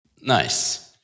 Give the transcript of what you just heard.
Nice